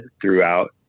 throughout